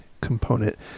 component